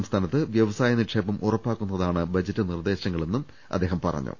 സംസ്ഥാനത്ത് വ്യവസായ നിക്ഷേപം ഉറപ്പാക്കുന്നതാണ് ബജറ്റ് നിർദ്ദേശങ്ങളെന്നും അദ്ദേഹം പറഞ്ഞു